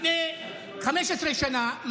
לפני 15 שנה,